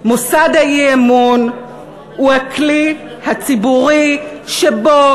"מוסד האי-אמון הוא הכלי הציבורי שבו